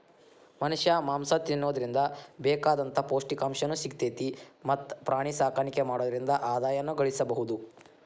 ಮನಷ್ಯಾ ಮಾಂಸ ತಿನ್ನೋದ್ರಿಂದ ಬೇಕಾದಂತ ಪೌಷ್ಟಿಕಾಂಶನು ಸಿಗ್ತೇತಿ ಮತ್ತ್ ಪ್ರಾಣಿಸಾಕಾಣಿಕೆ ಮಾಡೋದ್ರಿಂದ ಆದಾಯನು ಗಳಸಬಹುದು